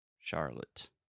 Charlotte